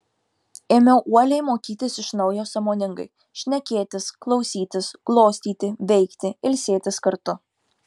ėmiau uoliai mokytis iš naujo sąmoningai šnekėtis klausytis glostyti veikti ilsėtis kartu